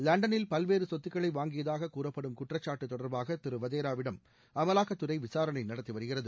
லண்டனில் பல்வேறு சொத்துக்களை வாங்கியதாக கூறப்படும் குற்றக்காட்டு தொடர்பாக திரு வதேராவிடம் அமலாக்கத்துறை விசாரணை நடத்தி வருகிறது